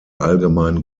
allgemein